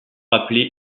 appelé